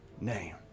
name